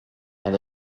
elle